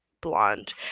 blonde